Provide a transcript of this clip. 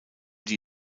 die